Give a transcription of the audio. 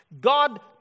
God